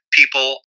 people